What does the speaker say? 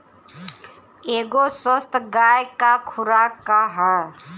एगो स्वस्थ गाय क खुराक का ह?